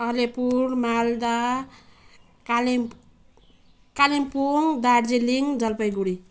अलिपुर मालदा कालिम कालिम्पोङ दार्जिलिङ जलपाइगुडी